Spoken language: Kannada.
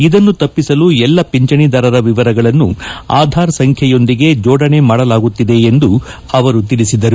ಇದನ್ನು ತಪ್ಪಿಸಲು ಎಲ್ಲಾ ಪಿಂಚಣಿದಾರ ವಿವರಗಳನ್ನು ಆಧಾರ್ ಸಂಖ್ಯೆಯೊಂದಿಗೆ ಜೋಡಣೆ ಮಾಡಲಾಗುತ್ತಿದೆ ಎಂದು ಅವರು ತಿಳಿಸಿದರು